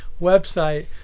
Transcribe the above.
website